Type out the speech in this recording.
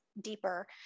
deeper